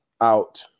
out